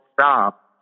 stop